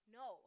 no